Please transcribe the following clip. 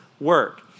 work